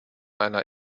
einer